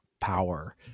power